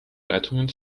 leitungen